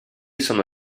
sono